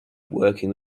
working